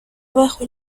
bajo